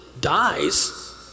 dies